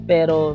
Pero